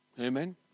Amen